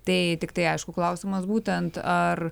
tai tiktai aišku klausimas būtent ar